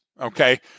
okay